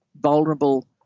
vulnerable